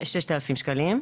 6,000 שקלים.